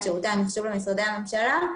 את שירותי המחשוב למשרדי הממשלה,